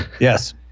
Yes